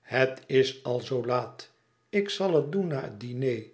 het is al zoo laat ik zal het doen na het diner